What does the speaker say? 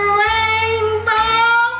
rainbow